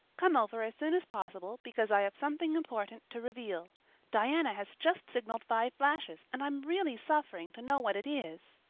come over as soon as possible, because i have something important to reveal diana has just signaled five flashes, and i'm really suffering to know what it is.